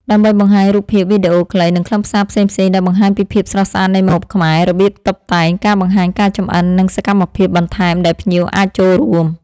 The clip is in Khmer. ដើម្បីបង្ហាញរូបភាព វីដេអូខ្លី និងខ្លឹមសារផ្សេងៗដែលបង្ហាញពីភាពស្រស់ស្អាតនៃម្ហូបខ្មែរ របៀបតុបតែង ការបង្ហាញការចម្អិន និងសកម្មភាពបន្ថែមដែលភ្ញៀវអាចចូលរួម។